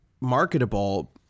marketable